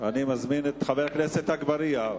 אני מזמין את חבר הכנסת אגבאריה.